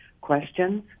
questions